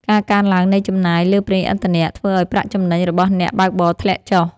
ការកើនឡើងនៃចំណាយលើប្រេងឥន្ធនៈ ធ្វើឱ្យប្រាក់ចំណេញរបស់អ្នកបើកបរធ្លាក់ចុះ។